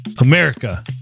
America